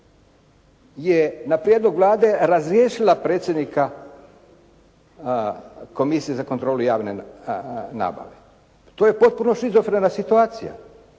je na prijedlog Vlade razriješila predsjednika Komisije za kontrolu javne nabave. To je potpuno šizofrena situacija.